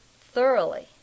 thoroughly